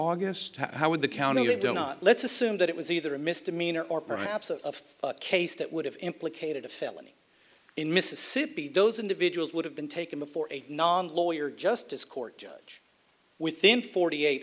august how would the county they don't know let's assume that it was either a misdemeanor or perhaps of a case that would have implicated a felony in mississippi those individuals would have been taken before a lawyer just as court judge within forty eight